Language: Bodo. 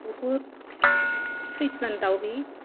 बहुत सैतान दाउ बे